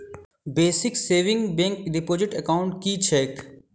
Basic savings bank deposit account की छैक?